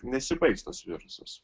nesibaigs tas virusas